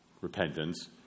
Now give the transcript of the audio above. repentance